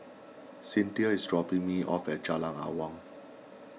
Cyntha is dropping me off at Jalan Awang